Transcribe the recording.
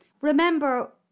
Remember